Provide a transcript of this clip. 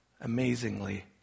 amazingly